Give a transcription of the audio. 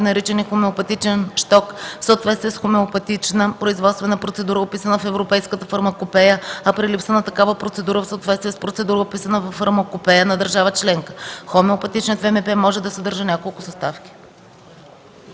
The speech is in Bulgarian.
наричани хомеопатичен щок, в съответствие с хомеопатична производствена процедура, описана в Европейската фармакопея, а при липса на такава процедура – в съответствие с процедура, описана във фармакопея на държава членка. Хомеопатичният ВМП може да съдържа няколко съставки”.”